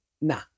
nah